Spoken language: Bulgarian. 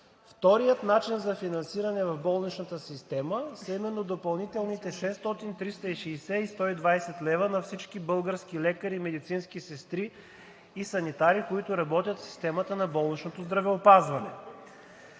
Вторият начин за финансиране в болничната система са именно допълнителните 600, 360 и 120 лв. на всички български лекари, медицински сестри и санитари, които работят в системата на болничното здравеопазване.